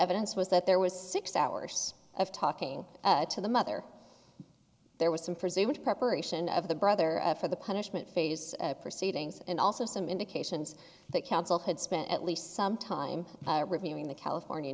evidence was that there was six hours of talking to the mother there was some presumed preparation of the brother for the punishment phase proceedings and also some indications that council had spent at least some time reviewing the california